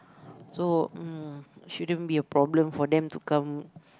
so uh shouldn't be a problem for them to come